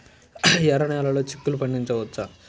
ఎర్ర నెలలో చిక్కుల్లో పండించవచ్చా?